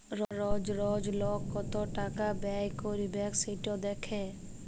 রজ রজ লক কত টাকা ব্যয় ক্যইরবেক সেট দ্যাখা